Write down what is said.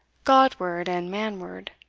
god-ward and man-ward.